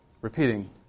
repeating